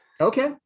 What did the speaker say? Okay